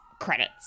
credits